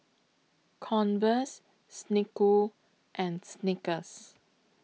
Converse Snek Ku and Snickers